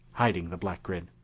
hiding the black grid.